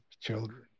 children